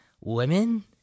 Women